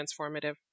transformative